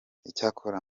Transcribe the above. icyakora